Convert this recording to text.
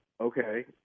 okay